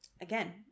Again